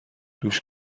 دوش